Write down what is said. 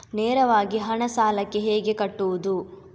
ನೇರವಾಗಿ ಹಣ ಸಾಲಕ್ಕೆ ಹೇಗೆ ಕಟ್ಟುವುದು?